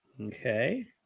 Okay